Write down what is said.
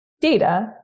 data